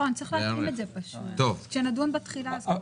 צריך להתאים את זה כשנדון בתחילה.